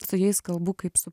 su jais kalbu kaip su